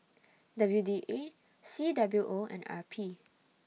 W D A C W O and R P